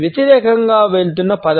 వ్యతిరేకంగా వెళ్తున్న పదం